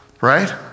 right